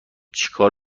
چکار